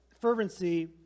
fervency